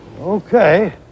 Okay